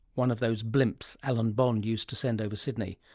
one of those blimps allan bond used to send over sydney,